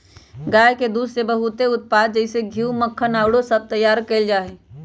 गाय के दूध से बहुते उत्पाद जइसे घीउ, मक्खन आउरो सभ तइयार कएल जाइ छइ